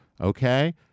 Okay